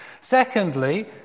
Secondly